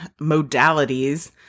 modalities